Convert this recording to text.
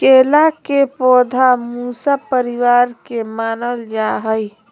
केला के पौधा मूसा परिवार के मानल जा हई